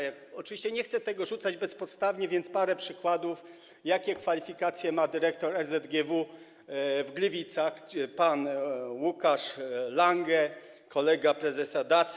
Ja oczywiście nie chcę tego rzucać bezpodstawnie, więc podam parę przykładów, jakie kwalifikacje ma dyrektor RZGW w Gliwicach pan Łukasz Lange, kolega prezesa Dacy.